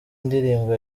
ndirimbo